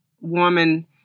woman